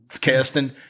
casting